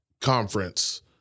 conference